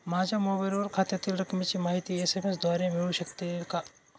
माझ्या मोबाईलवर खात्यातील रकमेची माहिती एस.एम.एस द्वारे मिळू शकते का?